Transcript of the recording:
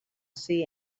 see